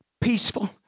peaceful